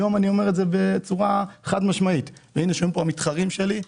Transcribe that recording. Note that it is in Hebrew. היום אני אומר את זה בצורה חד-משמעית יושבים פה המתחרים שלי,